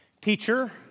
Teacher